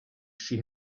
she